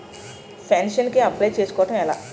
Pension కి apply చేసుకోవడం ఎలా?